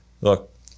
Look